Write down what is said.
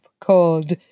called